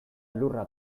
lurra